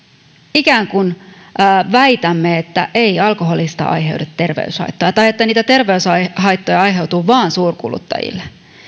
ikään kuin väitämme että ei alkoholista aiheudu terveyshaittoja tai että niitä terveyshaittoja aiheutuu vain suurkuluttajille